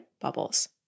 bubbles